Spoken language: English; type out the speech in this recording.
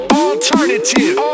alternative